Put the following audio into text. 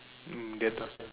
mm Dettol